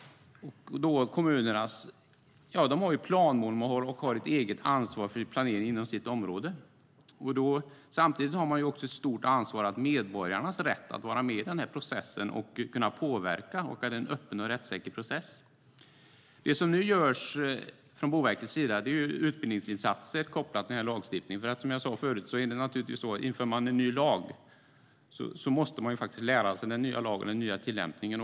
Kommunerna har ju planmonopol och ett eget ansvar för planering inom sitt område. Samtidigt har man ett stort ansvar för att medborgarnas rätt att vara med i processen och kunna påverka ska tillvaratas liksom att det ska vara en öppen och rättssäker process. Det som nu görs från Boverkets sida är utbildningsinsatser som är kopplade till lagstiftningen. Som jag sade förut: Om man inför en ny lag måste man lära sig den nya lagen och den nya tillämpningen.